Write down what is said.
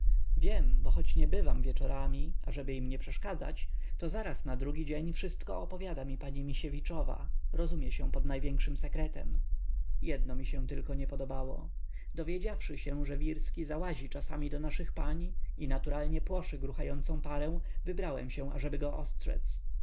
wiem bo choć nie bywam wieczorami ażeby im nie przeszkadzać to zaraz na drugi dzień wszystko opowiada mi pani misiewiczowa rozumie się pod największym sekretem jedno mi się tylko nie podobało dowiedziawszy się że wirski załazi czasem do naszych pań i naturalnie płoszy gruchającą parę wybrałem się ażeby